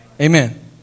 Amen